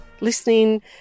listening